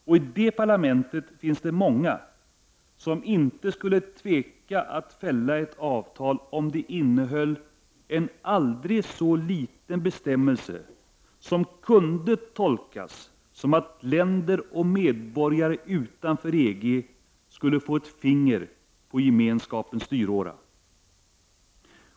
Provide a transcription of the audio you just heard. Och i det parlamentet finns det många som inte skulle tveka att fälla ett avtal, om det innehöll en aldrig så liten bestämmelse som kunde tolkas som att länder och medborgare utanför EG skulle få ett finger på Gemenskapens styråra.